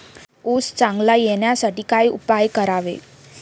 ऊस चांगला येण्यासाठी काय उपाय करावे?